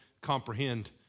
comprehend